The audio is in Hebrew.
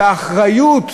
באחריות.